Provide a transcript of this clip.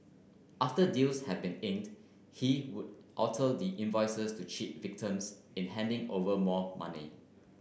after deals had been inked he would alter the invoices to cheat victims in handing over more money